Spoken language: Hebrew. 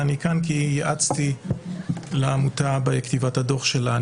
ואני כאן כי יעצתי לעמותה בכתיבת הדוח שלה.